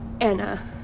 Anna